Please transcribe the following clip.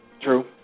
True